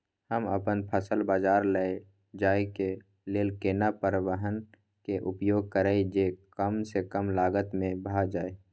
हम अपन फसल बाजार लैय जाय के लेल केना परिवहन के उपयोग करिये जे कम स कम लागत में भ जाय?